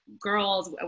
girls